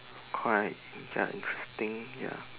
quite ya interesting ya